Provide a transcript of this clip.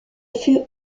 fut